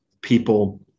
people